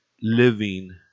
living